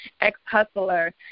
ex-hustler